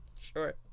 Sure